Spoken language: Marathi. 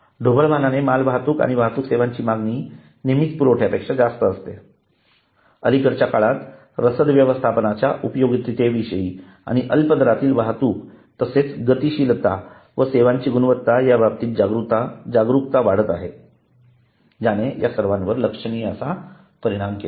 ढोबळमानाने मालवाहतूक आणि वाहतूक सेवांची मागणी नेहमीच पुरवठ्यापेक्षा जास्त असते अलिकडच्या काळात रसद व्यवस्थापनाच्या उपयोगितते विषयीची आणि अल्प दरातील वाहतूक तसेच गतिशीलता व सेवांची गुणवत्ता या बाबतची जागरूकता वाढत आहे ज्याने या सर्वांवर लक्षणीय असा परिणाम केला आहे